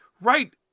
Right